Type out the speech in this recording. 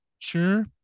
Sure